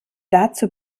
dazu